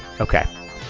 Okay